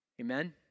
Amen